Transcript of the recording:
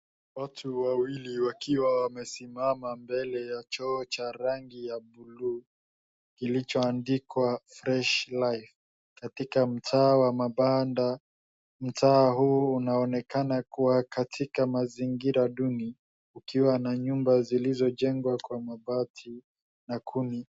Watu wawili wakiwa wamesimama mbele ya choo cha rangi ya bluu kilichoandikwa fresh life , katika mtaa wa mabanda. Mtaa huu unaonekana kuwa katika mazingira duni ukiwa na nyumba zilizojengwa kwa mabati na kuni.